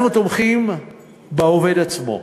אנחנו תומכים בעובד עצמו,